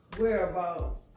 whereabouts